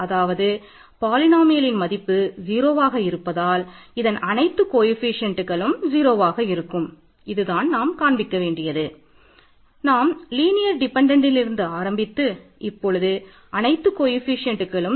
அதாவது பாலினோமியல்லின் n